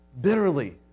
bitterly